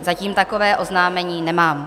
Zatím takové oznámení nemám.